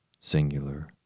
singular